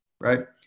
right